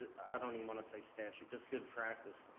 i don't even wanna say statute, just good practice.